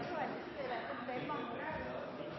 Så er vi på